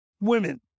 women